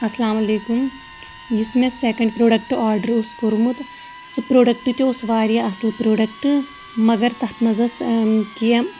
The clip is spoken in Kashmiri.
اَسلامُ علیکُم یُس مےٚ سیکینٛڈ پرٛوڈَکٹ آرڈر اوس کوٚرمُت سُہ پرٛوڈَکٹ تہِ اوس واریاہ اَصٕل پرٛوڈَکٹ مگر تَتھ منٛز ٲس کینٛہہ